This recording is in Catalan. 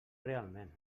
realment